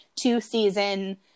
two-season